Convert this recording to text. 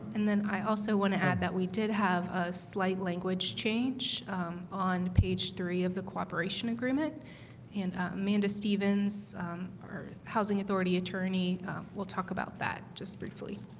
and then i also want to add that we did have a slight language change on page three of the cooperation agreement and amanda stephens housing authority attorney will talk about that just briefly